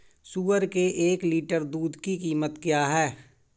सुअर के एक लीटर दूध की कीमत क्या है?